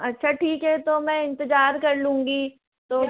अच्छा ठीक है तो मैं इंतजार कर लूँगी तो